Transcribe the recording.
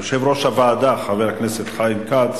יושב-ראש הוועדה, חבר הכנסת חיים כץ,